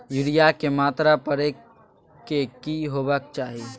Urea के मात्रा परै के की होबाक चाही?